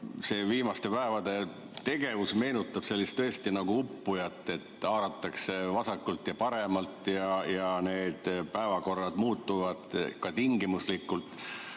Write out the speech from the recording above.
siin viimaste päevade tegevus meenutab tõesti nagu uppujat, et haaratakse vasakult ja paremalt ja need päevakorrad muutuvad ka tingimuslikult.